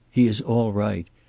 he is all right.